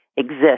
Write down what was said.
exist